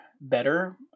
better